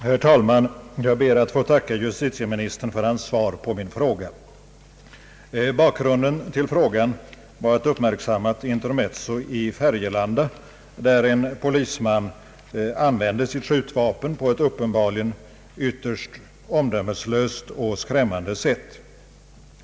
Herr talman! Jag ber att få tacka justitieministern för hans svar på min fråga. Bakgrunden till frågan var ett uppmärksammat intermezzo i Färgelanda, där en polisman använde sitt skjutvapen på ett uppenbarligen ytterst omdömeslöst och skrämmande sätt.